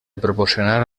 proporcionar